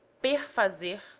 defeza,